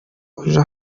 uja